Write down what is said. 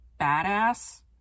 badass